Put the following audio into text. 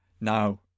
Now